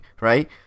right